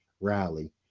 rally